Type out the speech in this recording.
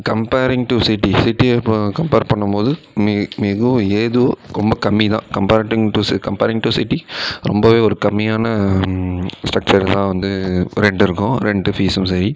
comparing to city சிட்டியை இப்போது compare பண்ணும்போது மிகவும் ஏதும் ரொம்ப கம்மிதான் கம்பேரிங் டூ சிட்டி ரொம்பவே ஒரு கம்மியான ஸ்டக்ச்சர் தான் வந்து ரெண்ட் இருக்கும் ரெண்ட் ஃபீஸும் சரி